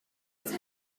was